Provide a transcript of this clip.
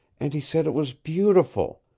and he said it was beautiful,